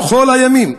בכל הימים,